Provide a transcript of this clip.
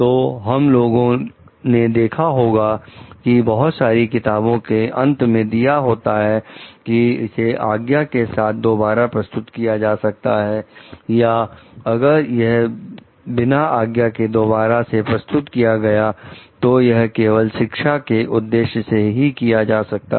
तो हम लोगों ने देखा होगा कि बहुत सारी किताबों के अंत में दिया होता है कि इसे आज्ञा के साथ दोबारा प्रस्तुत किया जा सकता है या अगर यह बिना आज्ञा के दोबारा से प्रस्तुत किया गया तो यह केवल शिक्षा के उद्देश्य से किया जा सकता है